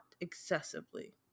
excessively